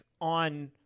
on